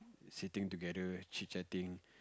sitting together chit-chatting